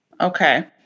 Okay